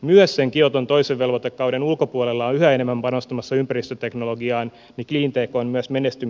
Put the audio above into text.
myös sen kioton toisen velvoitekauden ulkopuolella on yhä enemmän panostamassa ympäristöteknologiaan niin cleantech on myös menestymisen mahdollisuus